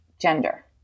gender